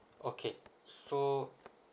okay so